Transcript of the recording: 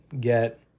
get